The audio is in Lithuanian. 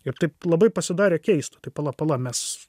ir taip labai pasidarė keista tai pala pala mes